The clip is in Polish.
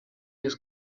jest